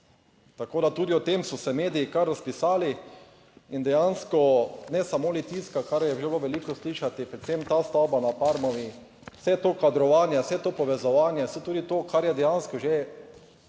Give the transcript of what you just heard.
Tako da tudi o tem so se mediji kar razpisali in dejansko ne samo Litijska, kar je že bilo veliko slišati, predvsem ta stavba na Parmovi, vse to kadrovanje, vse to povezovanje, vse, tudi to, kar je dejansko že